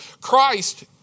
Christ